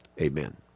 Amen